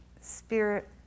Spirit